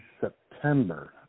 September